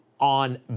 on